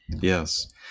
yes